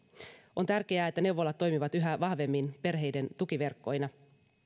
on tärkeää että neuvolat toimivat yhä vahvemmin perheiden tukiverkkoina